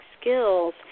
skills